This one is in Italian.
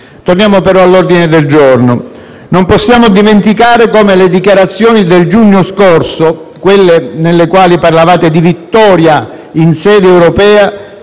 Torniamo però all'ordine del giorno. Non possiamo dimenticare come le dichiarazioni del giugno scorso, quelle nelle quali parlavate di vittoria in sede europea,